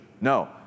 No